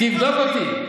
אז תבדוק אותי.